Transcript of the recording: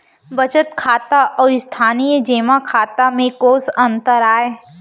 बचत खाता अऊ स्थानीय जेमा खाता में कोस अंतर आय?